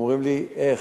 אומרים לי: איך?